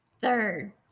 Third